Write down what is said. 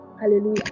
Hallelujah